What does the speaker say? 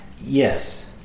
Yes